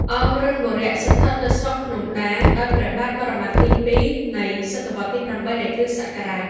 អម្រិន្ទបុរៈ ស្ថិតនៅ ភ្នំស្រុក ដោយព្រះបាទវរ្ម័នទី២ នៅសតវត្សរ៍ទី៨ នៃ គ្រិស្តសករាជ ។